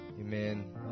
Amen